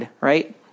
Right